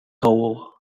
coal